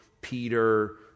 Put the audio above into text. Peter